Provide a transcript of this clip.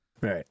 Right